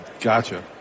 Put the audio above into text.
Gotcha